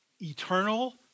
eternal